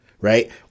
right